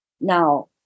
Now